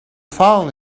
fall